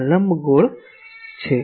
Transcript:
આ લંબગોળ છે